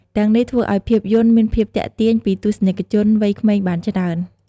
ទាំងនេះធ្វើឱ្យភាពយន្តមានភាពទាក់ទាញពីទស្សនិកជនវ័យក្មេងបានជាច្រើន។